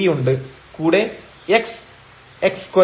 കൂടെ x x2 ഉം